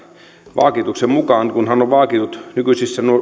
vaaituksen mukaan kun hän on vaainnut nykyisissä